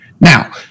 Now